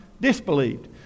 disbelieved